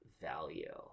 value